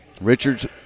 Richards